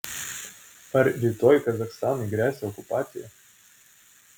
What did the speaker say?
ar rytoj kazachstanui gresia okupacija